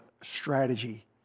strategy